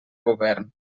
govern